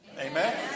Amen